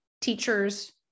teachers